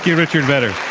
yeah richard vedder.